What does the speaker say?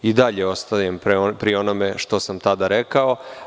I dalje ostajem pri onome što sam tada rekao.